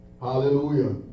Hallelujah